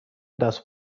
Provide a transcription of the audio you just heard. دست